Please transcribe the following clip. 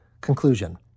Conclusion